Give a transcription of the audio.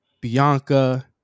Bianca